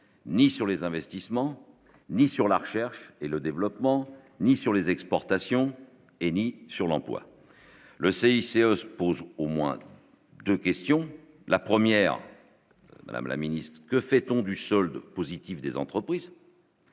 ni sur les investissements, ni sur la recherche et le développement, ni sur les exportations et ni sur l'emploi, le CIC se pose au moins 2 questions: la première, Madame la Ministre, que fait-on du solde positif des entreprises.